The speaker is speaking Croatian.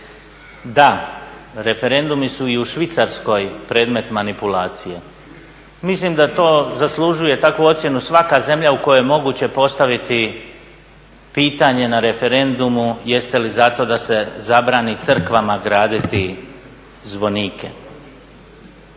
Da, referendumi su i u Švicarskoj, predmet manipulacije. Mislim da to zaslužuje takvu ocjenu, svaka zemlja u kojoj je moguće postaviti pitanje na referendum jeste li za to da se zabrani Crkvama graditi zvonike?